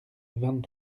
vingt